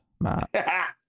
Matt